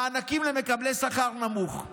מענקים למקבלי שכר נמוך.